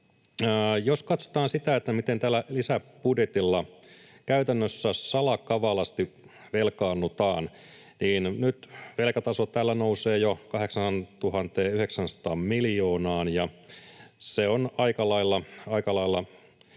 Jos katsotaan sitä, miten tällä lisäbudjetilla käytännössä salakavalasti velkaannutaan, niin nyt velkataso täällä nousee jo 8 900 miljoonaan. Se on aika lailla